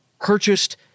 purchased